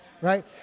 right